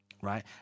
right